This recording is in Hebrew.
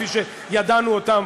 כמו שידענו אותן